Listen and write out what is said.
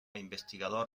investigador